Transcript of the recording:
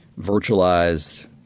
virtualized